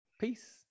peace